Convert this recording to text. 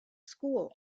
school